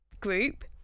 group